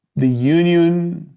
the union